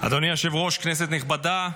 אדוני היושב-ראש, כנסת נכבדה,